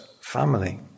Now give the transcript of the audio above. family